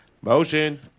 Motion